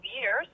years